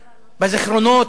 בזיכרונות,